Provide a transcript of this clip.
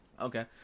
Okay